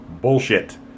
Bullshit